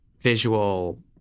visual